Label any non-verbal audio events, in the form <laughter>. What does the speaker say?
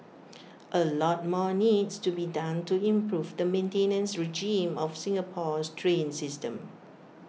<noise> A lot more needs to be done to improve the maintenance regime of Singapore's train system